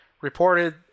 reported